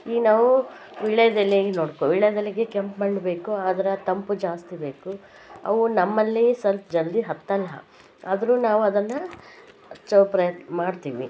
ಈಗ ನಾವು ವೀಳ್ಯದೆಲೆಗೆ ನೋಡ್ಕೋ ವೀಳ್ಯದೆಲೆಗೆ ಕೆಂಪು ಮಣ್ಣು ಬೇಕು ಆದ್ರೆ ತಂಪು ಜಾಸ್ತಿ ಬೇಕು ಅವು ನಮ್ಮಲ್ಲಿ ಸ್ವಲ್ಪ ಜಲ್ದಿ ಹತ್ತೋಲ್ಲ ಆದರೂ ನಾವು ಅದನ್ನು ಹಚ್ಚೋ ಪ್ರಯತ್ನ ಮಾಡ್ತೀವಿ